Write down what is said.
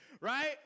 Right